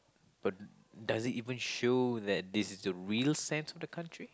but does it even show that this is the real sense of the country